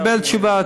תקבל תשובה.